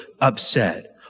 upset